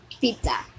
pizza